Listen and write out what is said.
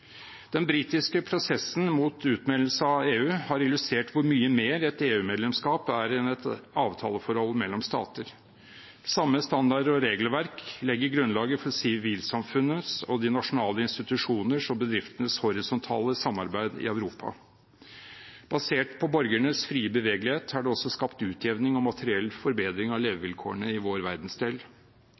Den britiske prosessen mot utmeldelse av EU har illustrert hvor mye mer et EU-medlemskap er enn et avtaleforhold mellom stater. De samme standarder og regelverk legger grunnlaget for sivilsamfunnets, de nasjonale institusjonenes og bedriftenes horisontale samarbeid i Europa. Basert på borgernes frie bevegelighet har det også skapt utjevning og materiell forbedring av levevilkårene i vår verdensdel.